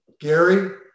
Gary